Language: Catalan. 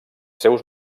seus